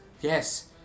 yes